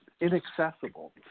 inaccessible